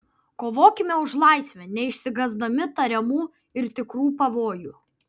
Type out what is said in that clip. kovokime už laisvę neišsigąsdami tariamų ir tikrų pavojų